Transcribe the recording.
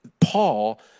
Paul